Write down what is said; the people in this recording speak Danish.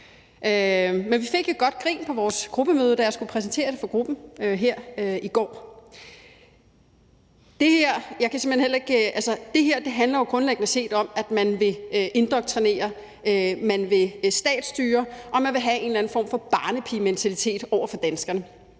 Men vi fik et godt grin på vores gruppemøde, da jeg skulle præsentere det for gruppen her i går. Det her handler jo grundlæggende set om, at man vil indoktrinere, at man vil statsstyre, og at man vil have en eller anden form for barnepigementalitet over for danskerne,